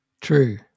True